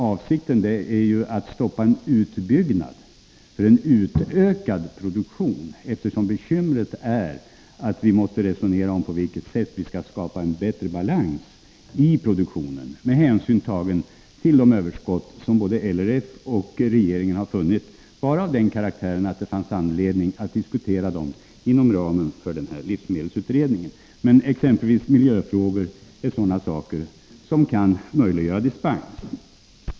Avsikten är ju att stoppa utbyggnad för en utökad produktion, eftersom bekymret är att vi måste resonera om på vilket sätt vi skall skapa en bättre balans i produktionen med hänsyn tagen till de överskott som både LRF och regeringen har funnit vara av den karaktären att det finns anledning att diskutera dem inom ramen för livsmedelsutredningen. Exempelvis miljöfrågor är sådant som kan möjliggöra dispens.